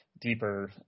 deeper